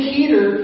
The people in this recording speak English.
Peter